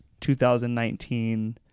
2019